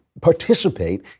participate